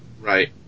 Right